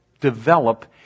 develop